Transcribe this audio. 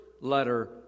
letter